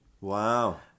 Wow